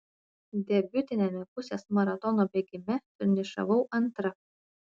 debiutiniame pusės maratono bėgime finišavau antra